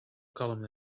column